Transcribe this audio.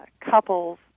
couples